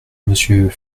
monsieur